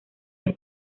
del